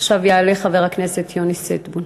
עכשיו יעלה חבר הכנסת יוני שטבון.